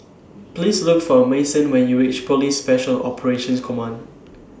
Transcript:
Please Look For Manson when YOU REACH Police Special Operations Command